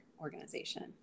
organization